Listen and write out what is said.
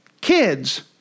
kids